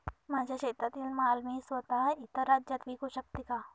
माझ्या शेतातील माल मी स्वत: इतर राज्यात विकू शकते का?